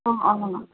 অঁ অঁ